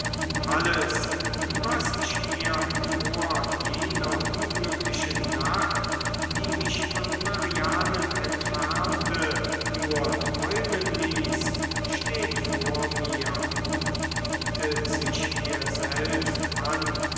alles was ich mir vor jener unglücklichen nacht die mich von marianen entfernte nur träumen ließ steht vor mir und bietet sich mir selbst an